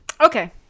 Okay